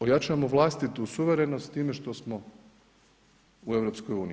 Ojačamo vlastitu suverenost time što smo u EU.